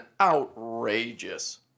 outrageous